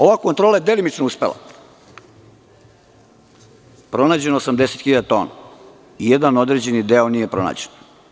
Ova kontrola je delimično uspela, pronađeno je 80.000 tona i jedan određeni deo nije pronađen.